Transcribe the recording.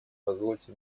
позвольте